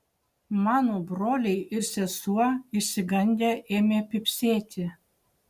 mano broliai ir sesuo išsigandę ėmė pypsėti